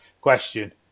question